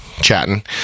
chatting